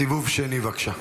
סיבוב שני, בבקשה.